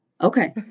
Okay